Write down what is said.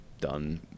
done